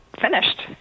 finished